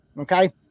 Okay